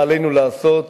מה עלינו לעשות,